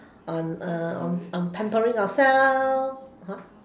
on uh on on pampering our self